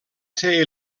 ser